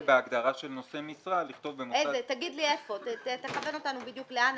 ובהגדרה של נושאי משרה --- תכוון אותנו בדיוק לאן,